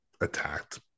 attacked